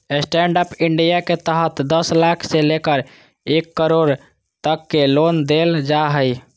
stand up India के तहत दस लाख से लेकर एक करोड़ तक के लोन देल जा हइ